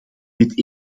met